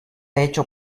hecho